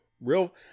real